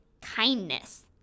kindness